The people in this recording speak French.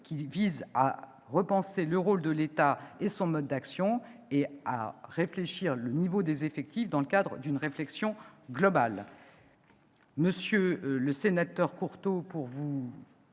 qui vise à repenser le rôle de l'État et son mode d'action et à réfléchir au niveau des effectifs dans le cadre d'une réflexion globale.